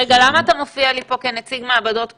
למה אתה מופיע לי פה כנציג מעבדות קורונה?